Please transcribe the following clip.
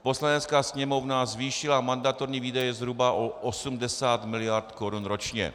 Poslanecká sněmovna zvýšila mandatorní výdaje zhruba o 80 mld. korun ročně.